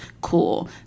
Cool